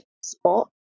spot